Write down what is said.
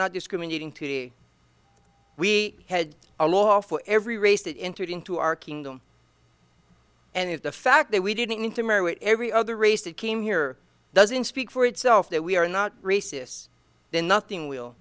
not discriminating today we had a law for every race that entered into our kingdom and if the fact that we didn't need to marry what every other race that came here doesn't speak for itself that we are not racists then nothing w